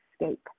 escape